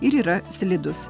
ir yra slidūs